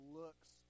looks